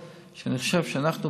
אבל אני חושב שזה צעד גדול,